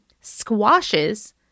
squashes